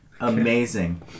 Amazing